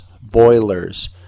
boilers